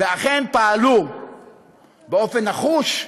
ואכן, פעלו באופן נחוש,